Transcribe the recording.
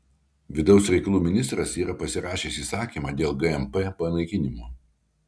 vidaus reikalų ministras yra pasirašęs įsakymą dėl gmp panaikinimo